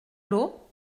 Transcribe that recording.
l’eau